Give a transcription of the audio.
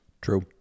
True